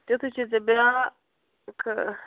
تِتھُے چھُے ژےٚ بیٛاکھٕ